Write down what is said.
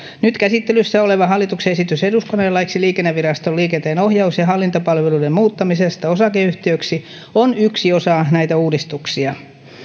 nyt käsittelyssä oleva hallituksen esitys eduskunnalle laiksi liikenneviraston liikenteenohjaus ja hallintapalveluiden muuttamisesta osakeyhtiöksi on yksi osa näitä uudistuksia